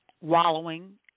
wallowing